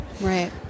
right